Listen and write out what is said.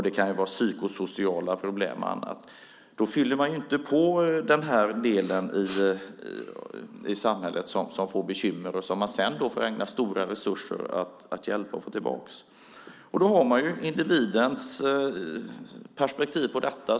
Det kan vara psykosociala problem och annat. Då fyller man inte på den grupp i samhället som får bekymmer och som man sedan får lägga stora resurser på att hjälpa och få tillbaka. Man har individens perspektiv på detta.